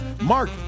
Mark